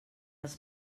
els